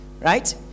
right